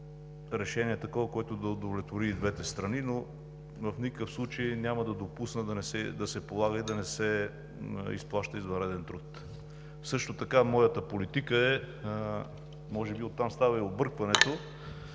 решение, което да удовлетвори и двете страни. В никакъв случай няма да допусна да се полага и да не се изплаща извънреден труд. Също така моята политика е, може би оттам става и объркването: